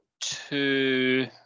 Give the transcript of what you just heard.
Two